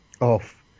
off